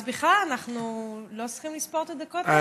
אז בכלל אנחנו לא צריכים לספור את הדקות האלה,